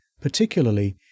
Particularly